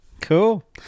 Cool